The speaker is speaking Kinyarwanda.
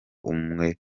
umwe